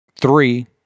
Three